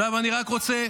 עכשיו אני רק רוצה,